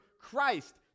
Christ